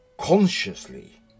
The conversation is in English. consciously